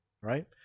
right